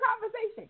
conversation